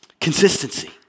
Consistency